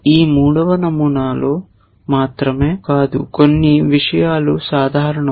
ఈ మూడవ నమూనాలో మాత్రమే కాదు కొన్ని విషయాలు సాధారణం